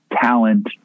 talent